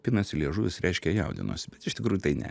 pinasi liežuvis reiškia jaudinuosi bet iš tikrųjų tai ne